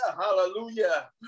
hallelujah